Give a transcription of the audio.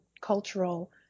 cultural